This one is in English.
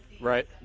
Right